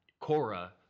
cora